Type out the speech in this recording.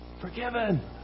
forgiven